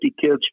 kids